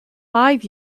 five